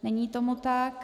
Není tomu tak.